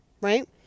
right